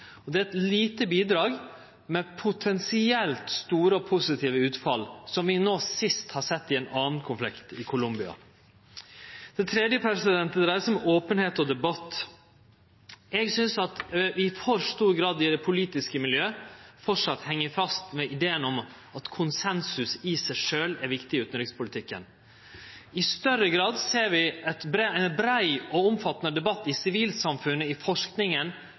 Og det er eit lite bidrag med potensielt store og positive utfall, som vi nå sist har sett i ein annan konflikt, i Colombia. Det tredje dreier seg om openheit og debatt. Eg synest at vi i for stor grad i det politiske miljøet framleis heng fast ved ideen om at konsensus i seg sjølv er viktig i utanrikspolitikken. I større grad ser vi ein brei og omfattande debatt i sivilsamfunnet i forskinga